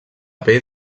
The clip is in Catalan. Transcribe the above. pell